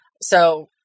So-